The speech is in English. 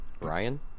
Ryan